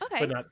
Okay